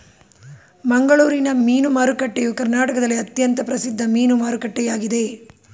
ಮಂಗಳೂರಿನ ಮೀನು ಮಾರುಕಟ್ಟೆಯು ಕರ್ನಾಟಕದಲ್ಲಿ ಅತ್ಯಂತ ಪ್ರಸಿದ್ಧ ಮೀನು ಮಾರುಕಟ್ಟೆಯಾಗಿದೆ